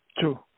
Two